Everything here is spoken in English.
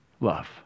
love